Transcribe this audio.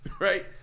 right